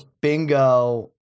bingo